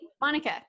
Monica